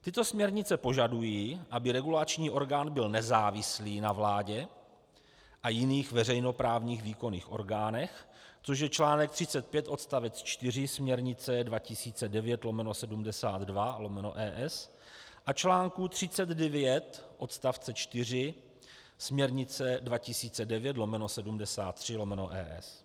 Tyto směrnice požadují, aby regulační orgán byl nezávislý na vládě a jiných veřejnoprávních výkonných orgánech, což je článek 35 odst. 4 směrnice 2009/72/ES a článek 39 odst. 4 směrnice 2009/73/ES.